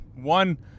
one